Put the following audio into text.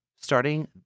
Starting